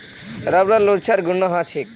रबरत लोचदार गुण ह छेक